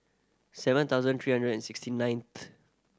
seven thousand three hundred and sixty ninth